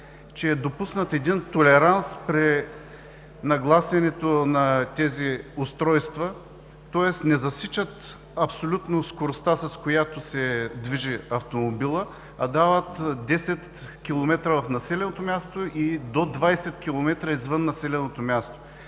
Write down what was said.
е допуснат един толеранс при нагласяването на тези устройства, тоест не засичат абсолютно скоростта, с която се движи автомобилът, а дават 10 км в населеното място и до 20 км – извън населеното място.